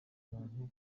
bantu